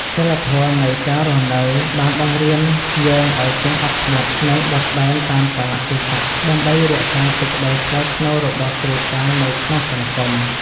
សីលធម៌នៃការរស់នៅបានបង្រៀនយើងឱ្យចេះអត់ធ្មត់ និងបត់បែនតាមកាលៈទេសៈដើម្បីរក្សាសេចក្តីថ្លៃថ្នូររបស់គ្រួសារនៅក្នុងសង្គម។